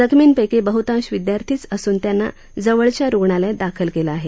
जखमींपैकी बहतांश विदयार्थीच असून त्यांना जवळच्या रुग्णालयात दाखल केलेलं आहे